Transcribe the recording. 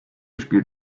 spielt